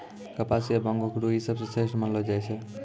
कपास या बांगो के रूई सबसं श्रेष्ठ मानलो जाय छै